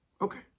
Okay